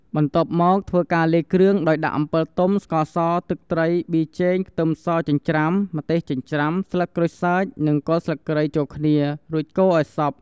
បន្ទាប់មកធ្វើការលាយគ្រឿងដោយដាក់ទឹកអំពិលទុំ ស្ករស ទឹកត្រី ប៊ីចេង ខ្ទឹមសចិញ្ច្រាំ ម្ទេសចិញ្ច្រាំ ស្លឹកក្រូចសើច និងគល់ស្លឹកគ្រៃចូលគ្នា រួចកូរឱ្យសព្វ។